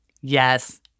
Yes